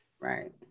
Right